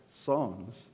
songs